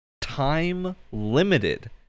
time-limited